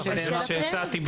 מה שהצעתי,